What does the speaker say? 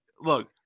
Look